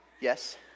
Yes